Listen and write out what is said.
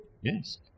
Yes